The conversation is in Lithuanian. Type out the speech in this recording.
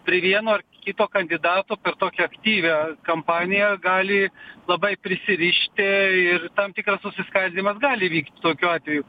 prie vieno ar kito kandidato tokią aktyvią kampaniją gali labai prisirišti ir tam tikras susiskaldymas gali įvykt tokiu atveju